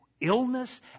illness